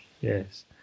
yes